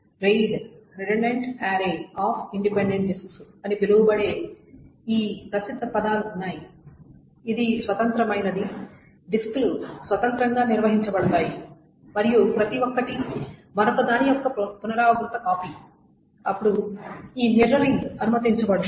RAID redundant array of independent disks అని పిలువబడే ఈ ప్రసిద్ధ పదాలు ఉన్నాయి ఇది స్వతంత్రమైనది డిస్క్లు స్వతంత్రంగా నిర్వహించ బడతాయి మరియు ప్రతి ఒక్కటి మరొకదాని యొక్క పునరావృత కాపీ అప్పుడు ఈ మిర్రరింగ్ అనుమతించబడుతుంది